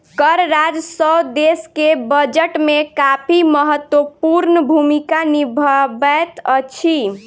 कर राजस्व देश के बजट में काफी महत्वपूर्ण भूमिका निभबैत अछि